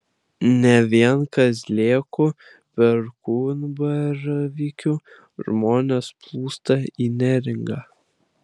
ne vien kazlėkų perkūnbaravykių žmonės plūsta į neringą